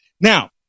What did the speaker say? Now